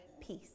peace